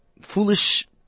foolish